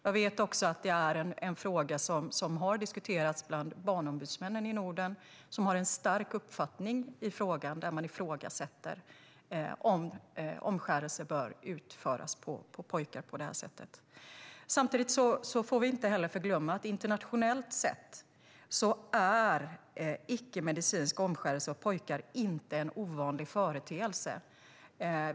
Jag vet också att det är en fråga som har diskuterats bland barnombudsmännen i Norden som har en stark uppfattning i frågan - man ifrågasätter om omskärelse bör utföras på pojkar på det här sättet. Samtidigt får vi inte glömma att internationellt sett är icke-medicinsk omskärelse av pojkar inte en ovanlig företeelse.